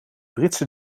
britse